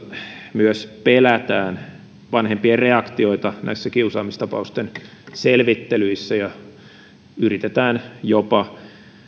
myös pelätään vanhempien reaktioita näissä kiusaamistapausten selvittelyissä ja yritetään jopa